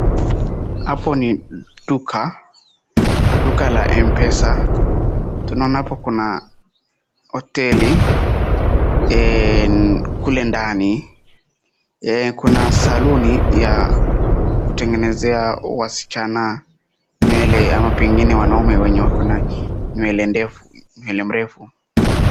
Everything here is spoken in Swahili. Hapo ni duka, duka la mpesa. Tunaoana hapo kuna hoteli kule ndani. Kuna saluni ya kutengenezea wasichana nywele ama pengine wanaume wenye wako na nywele mrefu.